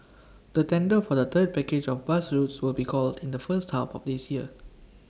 the tender for the third package of bus routes will be called in the first half of this year